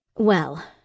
Well